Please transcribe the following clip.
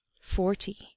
forty